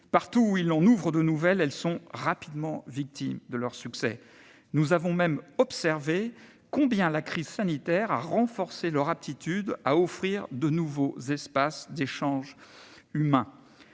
Partout où il en ouvre de nouvelles, elles sont rapidement victimes de leurs succès. Nous avons même observé combien la crise sanitaire a renforcé leur aptitude à offrir de nouveaux espaces d'échanges humains.